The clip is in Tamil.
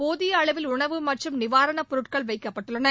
போதிய அளவில் உணவு மற்றும் நிவாரணப் பொருட்கள் வைக்கப்பட்டுள்ளன